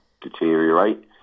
deteriorate